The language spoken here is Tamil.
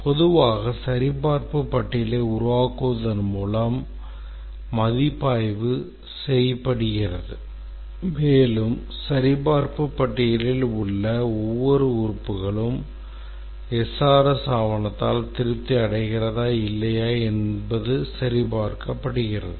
பொதுவாக சரிபார்ப்பு பட்டியலை உருவாக்குவதன் மூலம் மதிப்பாய்வு செய்யப்படுகிறது மேலும் சரிபார்ப்பு பட்டியலில் உள்ள ஒவ்வொரு உறுப்புகளும் SRS ஆவணத்தால் திருப்தி அடைகிறதா இல்லையா என்பது சரிபார்க்கப்படுகிறது